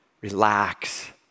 Relax